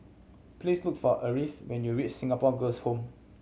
please look for Alyse when you reach Singapore Girls' Home